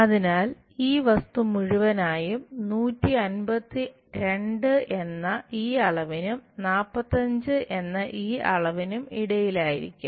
അതിനാൽ ഈ വസ്തു മുഴുവനായും 152 എന്ന ഈ അളവിനും 45 എന്ന ഈ അളവിനും ഇടയിലായിരിക്കും